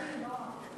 לא חייבים.